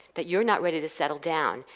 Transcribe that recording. that you're not ready to settle down,